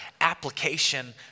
application